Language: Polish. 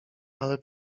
ale